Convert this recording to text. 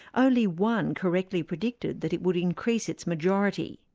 only one correctly predicted that it would increase its majority.